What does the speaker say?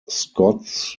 scots